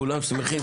כולם שמחים,